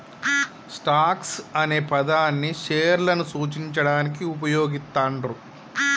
stocks అనే పదాన్ని షేర్లను సూచించడానికి వుపయోగిత్తండ్రు